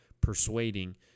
persuading